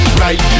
right